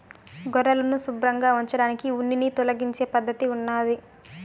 గొర్రెలను శుభ్రంగా ఉంచడానికి ఉన్నిని తొలగించే పద్ధతి ఉన్నాది